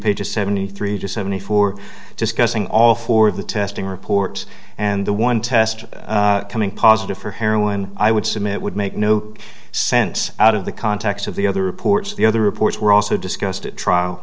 pages seventy three to seventy four discussing all four of the testing reports and the one test coming positive for heroin i would submit would make no sense out of the context of the other reports the other reports were also discussed at trial